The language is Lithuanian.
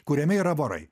kuriame yra vorai